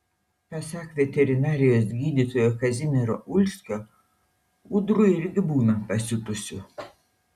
pasak veterinarijos gydytojo kazimiero ulskio ūdrų irgi būna pasiutusių